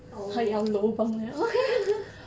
oh